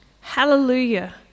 Hallelujah